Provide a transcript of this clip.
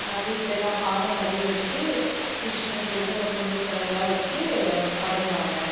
வீட்டில் எல்லாம் பாதம் பதிய வச்சு கிருஷ்ணனுக்கு உகந்த பொருள்களெல்லாம் வச்சு படைப்பாங்க